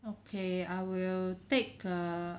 okay I will take err